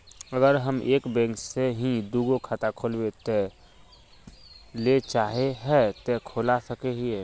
अगर हम एक बैंक में ही दुगो खाता खोलबे ले चाहे है ते खोला सके हिये?